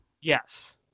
Yes